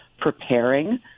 preparing